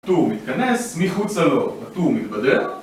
הטור מתכנס, מחוצה לו הטור מתבדר